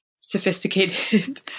sophisticated